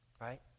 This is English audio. right